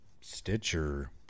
Stitcher